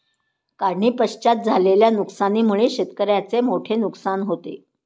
काढणीपश्चात झालेल्या नुकसानीमुळे शेतकऱ्याचे मोठे नुकसान होते